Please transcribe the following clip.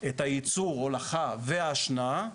את הייצור ההולכה וההשנאה.